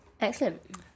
Excellent